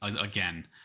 again